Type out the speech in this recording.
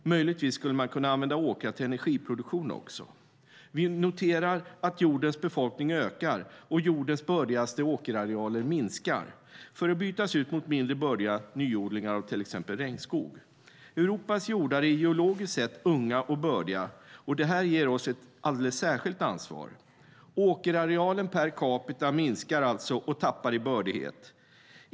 Möjligtvis skulle man kunna använda åkrar till energiproduktion också. Vi noterar att jordens befolkning ökar och att jordens bördigaste åkerarealer minskar, för att bytas ut mot mindre bördiga nyodlingar av till exempel regnskog. Europas jordar är geologiskt sett unga och bördiga. Det ger oss ett alldeles särskilt ansvar. Åkerarealen per capita minskar alltså och tappar i bördighet.